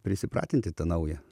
prisipratinti tą naują